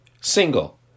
Single